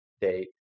date